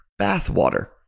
bathwater